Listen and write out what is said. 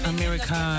America